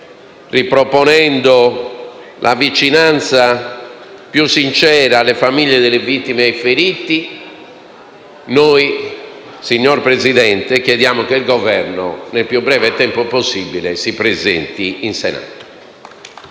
riproponendo la vicinanza più sincera alle famiglie delle vittime e ai feriti, noi, signor Presidente, chiediamo che il Governo, nel più breve tempo possibile, si presenti in Senato.